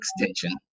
extension